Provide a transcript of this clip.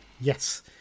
Yes